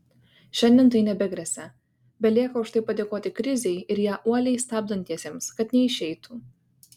šiandien tai nebegresia belieka už tai padėkoti krizei ir ją uoliai stabdantiesiems kad neišeitų